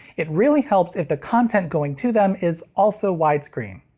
it really helps if the content going to them is also widescreen.